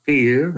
Fear